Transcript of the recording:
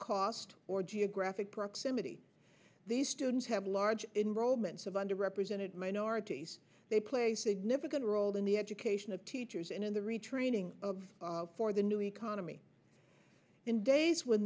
cost or geographic proximity these students have large enrollments of under represented minorities they play a significant role in the education of teachers and in the retraining of for the new economy in days when